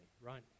right